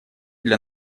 для